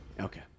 Okay